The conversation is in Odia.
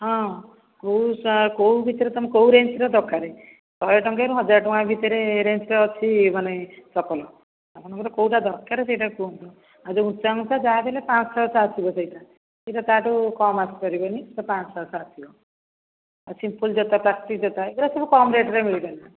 ହଁ କୋଉ ସା କୋଉ ଭିତରେ ତୋମ କୋଉ ରେଞ୍ଜ୍ ରେ ଦରକାରେ ଶହେ ଟଙ୍କାରୁ ହଜାର ଟଙ୍କା ଭିତରେ ରେଞ୍ଜ୍ ରେ ଅଛି ମାନେ ଚପଲ ଆପଣଙ୍କର କୋଉଟା ଦରକାରେ ସେଇଟା କୁହନ୍ତୁ ଆଉ ଯୋଉ ଉଞ୍ଚା ଉଞ୍ଚା ଯାହାବି ହେଲେ ପାଞ୍ଚ ଛଅଶହ ଆସିବ ସେଇଟା ସେଇଟା ତା ଠୁ କମ୍ ଆସି ପାରିବନି ପାଞ୍ଚ ଛଅଶହ ଆସିବ ସିମ୍ପୁଲ୍ ଜୋତା ଆଉ ପ୍ଲାଷ୍ଟିକ୍ ଜୋତା ଏରା ସବୁ କମ୍ ରେଟ୍ରେ ମିଳିବ